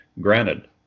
Granted